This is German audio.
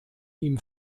ihm